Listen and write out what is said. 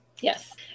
Yes